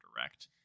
direct